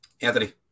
Anthony